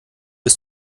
bis